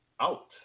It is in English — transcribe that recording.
out